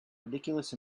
ridiculous